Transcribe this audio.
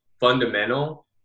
fundamental